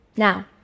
Now